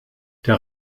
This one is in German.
der